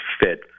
fit